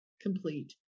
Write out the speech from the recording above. complete